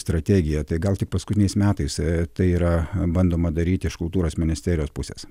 strategija tai gal tik paskutiniais metais tai yra bandoma daryti iš kultūros ministerijos pusės